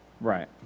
right